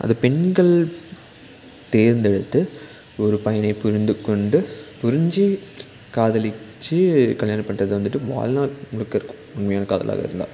அது பெண்கள் தேர்ந்தெடுத்து ஒரு பையனை புரிந்துக்கொண்டு புரிஞ்சு காதலித்து கல்யாணம் பண்ணுறது வந்துட்டு வாழ்நாள் முழுக்க இருக்கும் உண்மையான காதலாக இருந்தால்